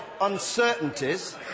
uncertainties